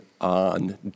on